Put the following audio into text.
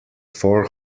four